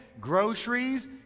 groceries